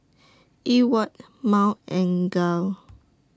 Ewart Mal and Gayle